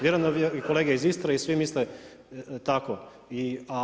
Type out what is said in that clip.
Vjerujem da i kolege iz Istre i svi misle tako.